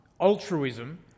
altruism